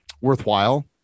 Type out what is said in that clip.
worthwhile